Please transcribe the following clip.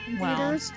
Wow